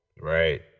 Right